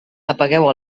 apagueu